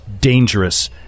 dangerous